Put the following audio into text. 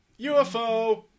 UFO